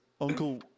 Uncle